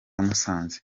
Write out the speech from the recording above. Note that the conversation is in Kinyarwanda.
musanze